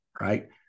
right